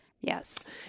Yes